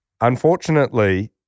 Unfortunately